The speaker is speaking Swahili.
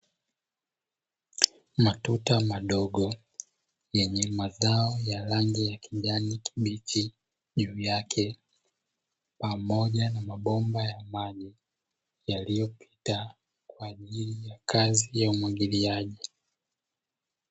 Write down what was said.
Matuta madogo yenye matawi ya rangi ya kijani kibichi juu yake, pamoja na mabomba ya maji yaliyopita kwa ajili ya kazi ya umwagiliaji.